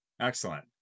Excellent